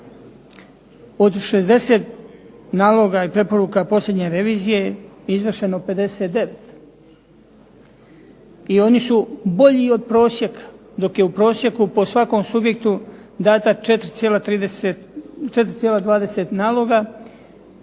od 60 naloga i preporuka posljednje revizije izvršeno 59. i oni su bolji od prosjeka, dok je u prosjeku po svakom subjektu data 4,20 naloga